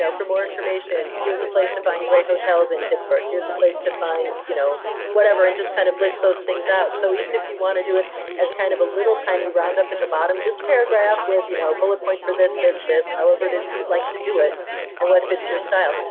so for more information, here's a place to find great hotels in pittsburgh. here's a place to find you know whatever. and just kind of list those things out. so even if you want to do it as kind of a little tiny round up at the bottom, just a paragraph with a you know bullet point for this, this, this, however it is you'd like to do it and what fits your style,